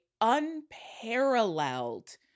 unparalleled